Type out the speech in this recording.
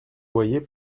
boyer